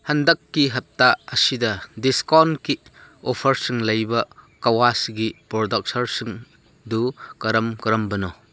ꯍꯟꯗꯛꯀꯤ ꯍꯞꯇꯥ ꯑꯁꯤꯗ ꯗꯤꯁꯀꯥꯎꯟꯀꯤ ꯑꯣꯐꯔꯁꯤꯡ ꯂꯩꯕ ꯀꯥꯋꯥꯁꯀꯤ ꯄ꯭ꯔꯗꯛꯁꯔꯁꯤꯡꯗꯨ ꯀꯔꯝ ꯀꯔꯝꯕꯅꯣ